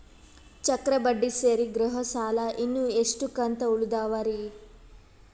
ಚಕ್ರ ಬಡ್ಡಿ ಸೇರಿ ಗೃಹ ಸಾಲ ಇನ್ನು ಎಷ್ಟ ಕಂತ ಉಳಿದಾವರಿ?